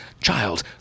Child